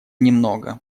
немного